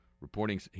reporting